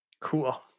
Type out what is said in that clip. cool